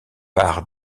par